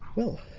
well.